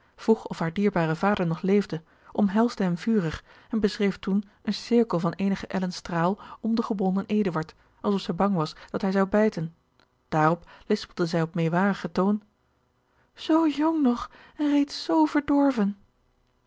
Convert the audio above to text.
vroeg of haar dierbare vader nog leefde omhelsde hem vurig en beschreef toen een cirkel van eenige ellen straal om den gebonden eduard alsof zij bang was dat hij zou bijten daarop lispelde zij op meewarigen toon zoo jong nog en reeds zoo verdorven